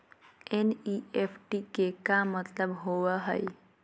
NEFT के का मतलव होव हई?